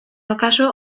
akaso